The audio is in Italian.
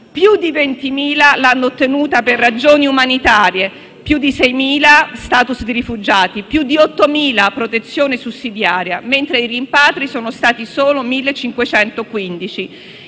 più di 20.000 l'hanno ottenuta per ragioni umanitarie; più di 6.000 per *status* di rifugiati; più di 8.000 per protezione sussidiaria, mentre i rimpatriati sono stati solo 1.515.